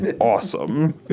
awesome